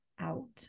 out